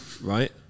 right